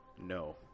No